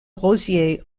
rosiers